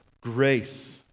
grace